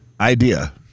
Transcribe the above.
Idea